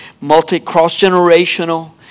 Multi-cross-generational